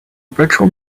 virtual